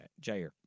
Jair